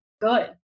good